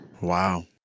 Wow